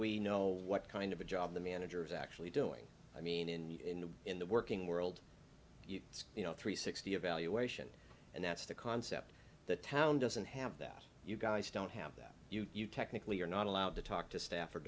we know what kind of a job the manager is actually doing i mean in in the working world it's you know three sixty evaluation and that's the concept the town doesn't have that you guys don't have that you technically are not allowed to talk to staff or